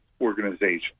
organization